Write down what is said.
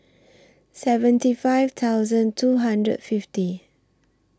seventy five thousand two hundred fifty